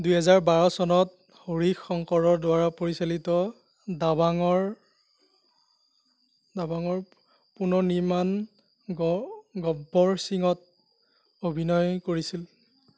দুই হাজাৰ বাৰ চনত হৰিশ শংকৰৰ দ্বাৰা পৰিচালিত ডাবাঙৰ ডাবাঙৰ পুনৰনিৰ্মাণ গ গব্বৰ সিঙত অভিনয় কৰিছিল